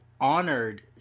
honored